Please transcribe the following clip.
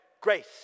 grace